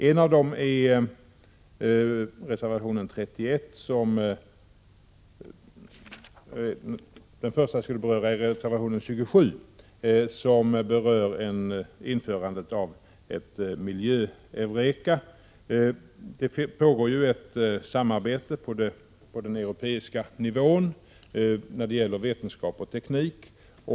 En av dem är reservation 27, som gäller införandet av ett Miljö-EUREKA. Det pågår ett samarbete på den europeiska nivån när det gäller vetenskap och teknik.